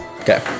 Okay